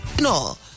No